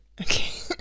Okay